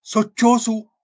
Sochosu